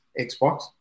Xbox